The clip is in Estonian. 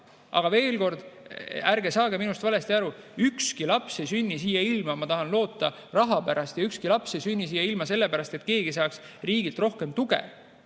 et ärge saage minust valesti aru. Ükski laps ei sünni siia ilma, ma loodan, raha pärast. Ükski laps ei sünni siia ilma sellepärast, et keegi saaks riigilt rohkem tuge.